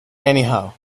anyhow